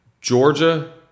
Georgia